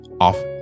off